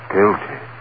Guilty